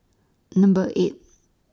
Number eight